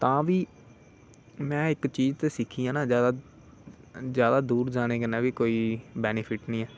तां बी में इक चीज सिक्खी हे ना ज्यादा दूर जाने कन्नै बी कोई बेनीफिट नेईं ऐ